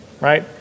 right